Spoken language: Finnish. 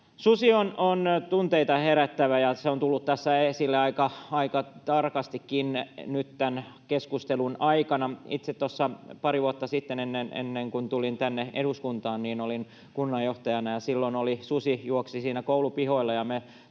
Susi on tunteita herättävä, ja se on tullut tässä esille aika tarkastikin nyt tämän keskustelun aikana. Itse tuossa pari vuotta sitten, ennen kuin tulin tänne eduskuntaan, olin kunnanjohtajana, ja silloin susi juoksi siinä koulupihoilla, ja me